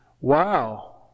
Wow